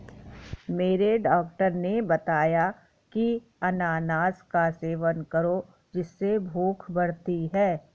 मेरे डॉक्टर ने बताया की अनानास का सेवन करो जिससे भूख बढ़ती है